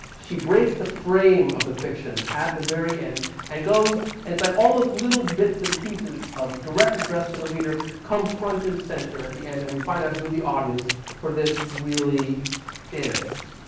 she breaks the frame of the fiction at the very end and goes and it's like all those little bits and pieces of direct address to the reader come front and center at the end and we find out who the audience for this really is.